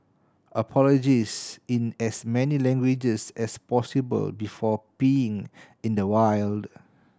apologise in as many languages as possible before peeing in the wild